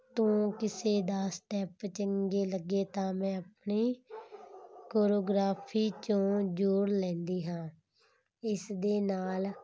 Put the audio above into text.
ਤੋਂ ਕਿਸੇ ਦਾ ਸਟੈਪ ਚੰਗੇ ਲੱਗੇ ਤਾਂ ਮੈਂ ਆਪਣੇ ਕੋਰੋਗ੍ਰਾਫੀ 'ਚੋਂ ਜੋੜ ਲੈਂਦੀ ਹਾਂ ਇਸ ਦੇ ਨਾਲ